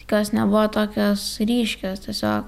tik jos nebuvo tokios ryškios tiesiog